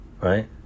right